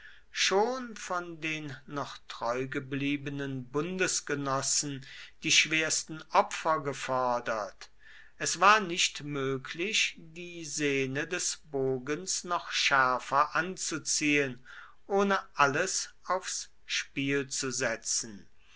schon von den noch treugebliebenen bundesgenossen die schwersten opfer gefordert es war nicht möglich die sehne des bogens noch schärfer anzuziehen ohne alles aufs spiel zu setzen